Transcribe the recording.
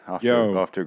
Yo